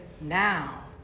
now